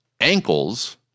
Ankles